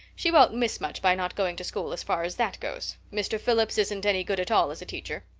she won't miss much by not going to school, as far as that goes. mr. phillips isn't any good at all as a teacher.